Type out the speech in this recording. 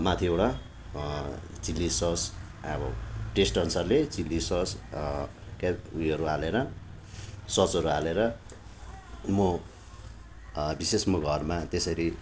माथिबाट chilli sauce अब taste अनुसारले चिल्ली सस उयोहरू हालेर ससहरू हालेर म विशेष म घरमा त्यसरी